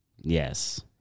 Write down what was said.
Yes